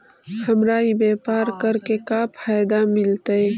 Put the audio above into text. हमरा ई व्यापार करके का फायदा मिलतइ?